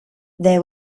there